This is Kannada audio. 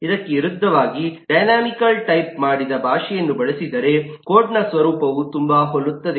ಇದಕ್ಕೆ ವಿರುದ್ಧವಾಗಿ ಡೈನಾಮಿಕಲ್ ಟೈಪ್ ಮಾಡಿದ ಭಾಷೆಯನ್ನು ಬಳಸಿದರೆ ಕೋಡ್ನ ಸ್ವರೂಪವು ತುಂಬಾ ಹೋಲುತ್ತದೆ